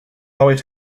always